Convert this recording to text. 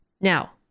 Now